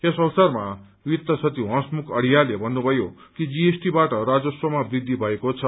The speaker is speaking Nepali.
यस अवसरमा वित्त सचिव हर्समुख अढ़ियाले भन्नुभयो कि जीएसटी बाट राजस्वमा वृद्धि भएको छ